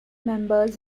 members